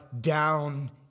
down